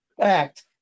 act